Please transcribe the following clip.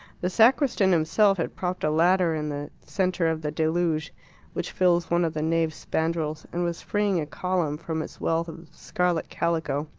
the sacristan himself had propped a ladder in the centre of the deluge which fills one of the nave spandrels and was freeing a column from its wealth of scarlet calico.